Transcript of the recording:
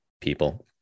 people